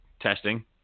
testing